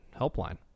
Helpline